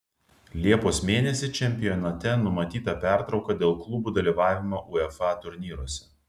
liepos mėnesį čempionate numatyta pertrauka dėl klubų dalyvavimo uefa turnyruose